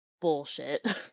bullshit